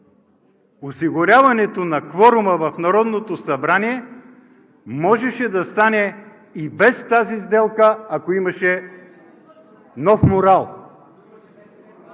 осигуряването на кворума в Народното събрание можеше да стане и без тази сделка, ако имаше нов морал.